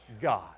God